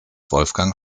wolfgang